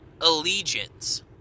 allegiance